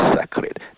sacred